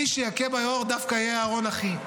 מי שיכה ביאור דווקא יהיה אהרן אחי.